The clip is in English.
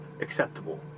acceptable